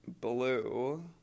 blue